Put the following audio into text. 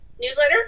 newsletter